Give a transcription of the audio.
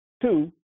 Two